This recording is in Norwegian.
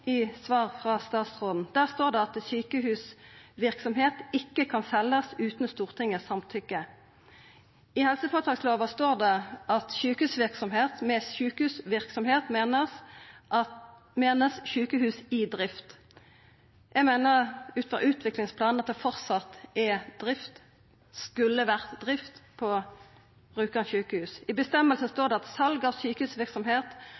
i helseføretakslova i svaret frå statsråden. Der står det at «sykehusvirksomhet kan ikke selges uten Stortingets samtykke». I merknadene til helseføretakslova står det at «med «sykehusvirksomhet» menes sykehus i drift». Eg meiner ut frå utviklingsplanen at det framleis er drift, skulle ha vore drift, på Rjukan sjukehus. I